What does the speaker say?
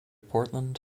portland